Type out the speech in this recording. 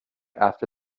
after